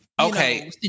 Okay